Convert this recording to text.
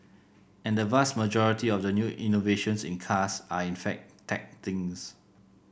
and the vast majority of the new innovations in cars are in fact tech things